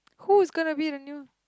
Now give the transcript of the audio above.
who is gonna be the new